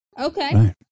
okay